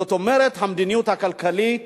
זאת אומרת, המדיניות הכלכלית